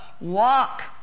walk